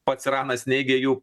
pats iranas neigia jų